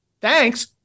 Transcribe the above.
Thanks